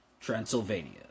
Transylvania